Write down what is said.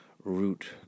root